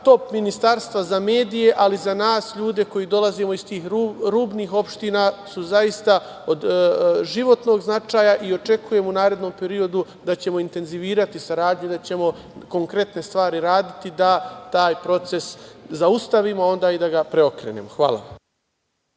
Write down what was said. top ministarstva za medije, ali za nas ljude koji dolazimo iz rubnih opština su zaista od životnog značaja i očekujemo u narednom periodu da ćemo intenzivirati saradnju, da ćemo konkretne stvari raditi da taj proces zaustavimo, onda i da ga preokrenemo. Hvala.